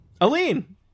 Aline